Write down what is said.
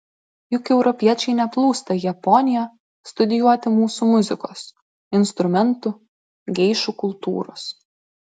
juk europiečiai neplūsta į japoniją studijuoti mūsų muzikos instrumentų geišų kultūros